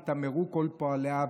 יתאמרו כל פועלי אוון,